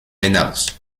venados